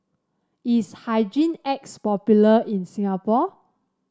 is Hygin X popular in Singapore